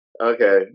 Okay